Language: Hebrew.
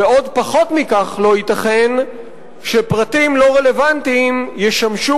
ועוד פחות מכך לא ייתכן שפרטים לא רלוונטיים ישמשו